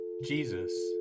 Jesus